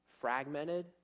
fragmented